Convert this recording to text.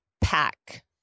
Pack